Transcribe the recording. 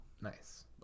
nice